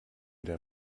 der